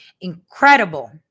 incredible